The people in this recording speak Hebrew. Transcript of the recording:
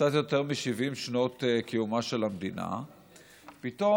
קצת יותר מ-70 שנות קיומה של המדינה פתאום